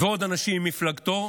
ועוד אנשים ממפלגתו